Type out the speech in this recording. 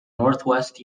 northwest